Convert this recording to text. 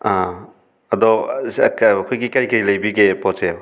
ꯑꯗꯣ ꯑꯩꯈꯣꯏꯒꯤ ꯀꯔꯤ ꯀꯔꯤ ꯂꯩꯕꯤꯒꯦ ꯄꯣꯠꯁꯦ